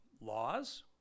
laws